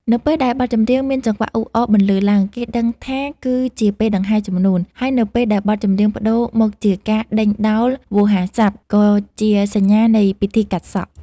នៅពេលដែលបទចម្រៀងមានចង្វាក់អ៊ូអរបន្លឺឡើង គេដឹងថាគឺជាពេលដង្ហែជំនូន ហើយនៅពេលដែលបទចម្រៀងប្តូរមកជាការដេញដោលវោហារស័ព្ទ ក៏ជាសញ្ញានៃពិធីកាត់សក់។